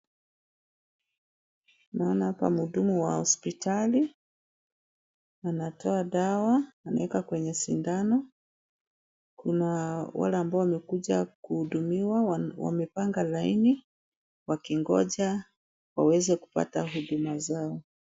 Naona hapa mhudumu wa hospitali. Anatoa dawa, anaweka kwenye sindano. Kuna wale ambao wamekuja kuhudumiwa wamepanga laini, wakingoja, waweze kupata huduma zao.